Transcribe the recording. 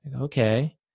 Okay